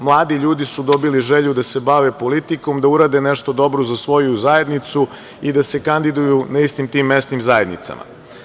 Mladi ljudi su dobili želju da se bave politikom, da urade nešto dobro za svoju zajednicu i da se kandiduju na istim tim mesnim zajednicama.